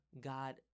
God